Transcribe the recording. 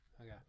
Okay